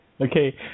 Okay